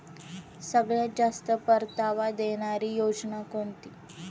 सगळ्यात जास्त परतावा देणारी योजना कोणती?